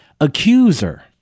Accuser